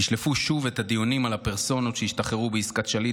ישלפו שוב את הדיונים על הפרסונות שהשתחררו בעסקת שליט